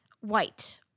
white